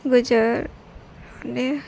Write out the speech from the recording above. गुजरने